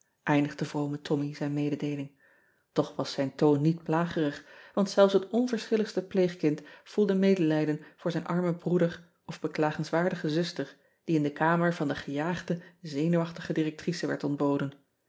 eindigde vrome ommy zijn mededeeling och was zijn toon niet plagerig want zelfs het onverschilligste pleegkind voelde medelijden voor zijn armen broeder of beklagenswaardige zuster die in de kamer van de gejaagde zenuwachtige directrice werd ontboden